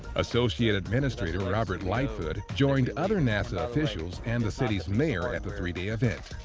associate administrator robert lightfoot joined other nasa officials and the city's mayor at the three-day event.